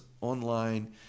online